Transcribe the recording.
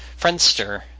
Friendster